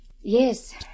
Yes